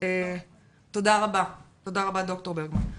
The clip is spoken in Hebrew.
תודה רבה ד"ר ברגמן.